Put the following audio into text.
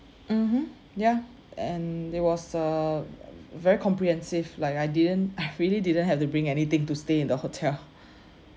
mmhmm ya and it was err very comprehensive like I didn't I really didn't have to bring anything to stay in the hotel